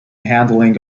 handling